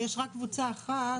יש רק קבוצה אחת.